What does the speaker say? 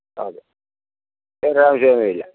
okay വേറെ ആവശ്യമൊന്നും ഇല്ല